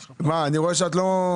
מה, אני רואה שאת לא.